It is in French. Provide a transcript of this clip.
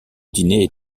dîner